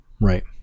Right